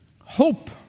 hope